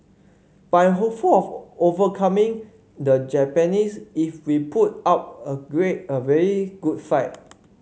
but I'm hopeful of overcoming the Japanese if we put up a great a very good fight